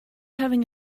having